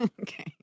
Okay